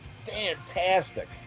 Fantastic